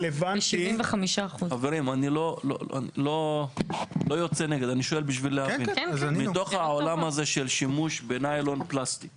שואל כדי להבין - מתוך העולם של שימוש בנילון פלסטיק